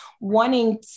wanting